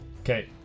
Okay